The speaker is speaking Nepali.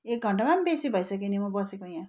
एक घन्टमा पनि बेसी भइसक्यो नि म बसेको यहाँ